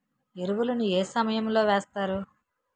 ఎరువుల ను ఏ సమయం లో వేస్తారు?